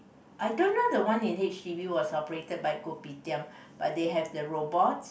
I don't know the one in h_d_b was operated by Kopitiam but they have the robots